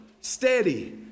steady